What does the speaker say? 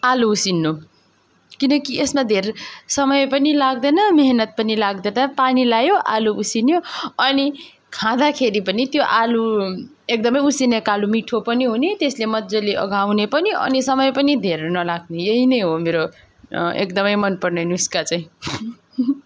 आलु उसिन्नु किनकि यसमा धेर समय पनि लाग्दैन मिहिनेत पनि लाग्दैन पानी लगायो आलु उसिन्यो अनि खाँदाखेरि पनि त्यो आलु एकदमै उसिनेको आलु मिठो पनि हुने त्यसले मजाले अघाउने पनि अनि समय पनि धेर नलाग्ने यही नै हो मेरो एकदमै मनपर्ने नुस्खा चाहिँ